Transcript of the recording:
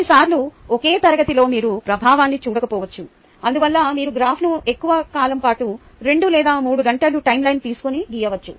కొన్నిసార్లు ఒకే తరగతిలో మీరు ప్రభావాన్ని చూడకపోవచ్చు అందువల్ల మీరు గ్రాఫ్ను ఎక్కువ కాలం పాటు 2 లేదా 3 గంటలు టైమ్లైన్ తీసుకొని గీయవచ్చు